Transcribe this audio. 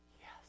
Yes